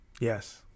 Yes